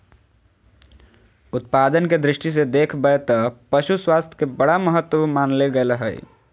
उत्पादन के दृष्टि से देख बैय त पशु स्वास्थ्य के बड़ा महत्व मानल गले हइ